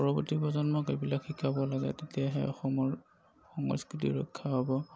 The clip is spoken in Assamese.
পৰৱৰ্তী প্ৰজন্মক এইবিলাক শিকাব লাগে তেতিয়াহে অসমৰ সংস্কৃতি ৰক্ষা হ'ব